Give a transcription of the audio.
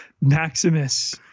Maximus